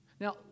Now